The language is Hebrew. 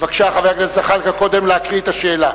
בבקשה, חבר הכנסת זחאלקה, קודם לקרוא את השאלה.